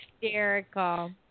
hysterical